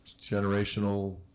generational